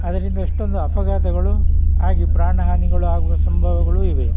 ಅದರಿಂದ ಎಷ್ಟೊಂದು ಅಫಘಾತಗಳು ಆಗಿ ಪ್ರಾಣ ಹಾನಿಗಳು ಆಗುವ ಸಂಭವಗಳೂ ಇವೆ